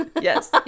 yes